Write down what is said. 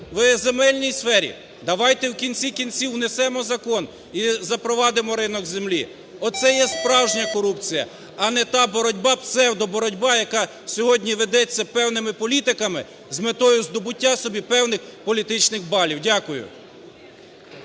в земельній сфері – давайте в кінці кінців внесемо закон і запровадимо ринок землі. Оце є справжня корупція. А не та боротьба, псевдоборотьба, яка сьогодні ведеться певними політиками з метою здобуття собі певних політичних балів. Дякую.